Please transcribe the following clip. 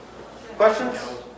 Questions